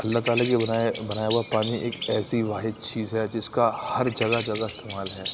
اللہ تعالیٰ کی بنائے بنایا ہوا پانی ایک ایسی واحد چیز ہے جس کا ہر جگہ جگہ استعمال ہے